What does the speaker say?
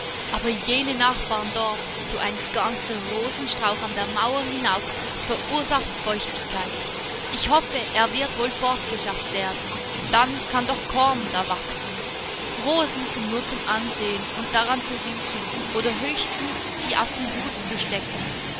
aber jene nachbarn dort so ein ganzer rosenstrauch an der mauer hinauf verursacht feuchtigkeit ich hoffe er wird wohl fortgeschafft werden dann kann doch korn da wachsen rosen sind nur zum ansehen und daran zu riechen oder höchstens sie auf den hut zu stecken